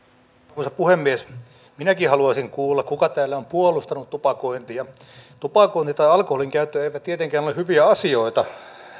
arvoisa puhemies minäkin haluaisin kuulla kuka täällä on puolustanut tupakointia tupakointi tai alkoholinkäyttö eivät tietenkään ole ole hyviä asioita